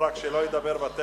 לא מוותר, לא מוותר.